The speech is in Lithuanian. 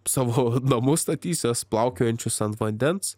savo namus statysiuos plaukiojančius ant vandens